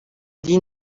din